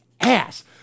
ass